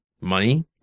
money